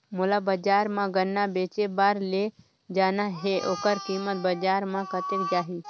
मोला बजार मां गन्ना बेचे बार ले जाना हे ओकर कीमत बजार मां कतेक जाही?